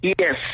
Yes